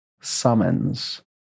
summons